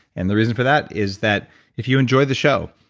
and the reason for that is that if you enjoy the show,